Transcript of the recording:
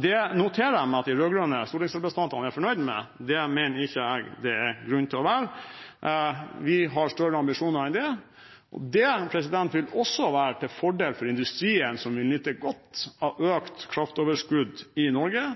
Det noterer jeg meg at de rød-grønne stortingsrepresentantene er fornøyd med, men det mener jeg det ikke er grunn til å være. Vi har større ambisjoner enn det. Det vil også være til fordel for industrien, som vil nyte godt av økt kraftoverskudd i Norge.